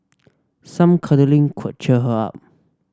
some cuddling could cheer her up